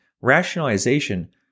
rationalization